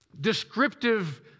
descriptive